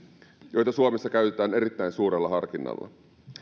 joita suomessa käytetään erittäin suurella harkinnalla